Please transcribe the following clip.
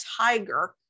tiger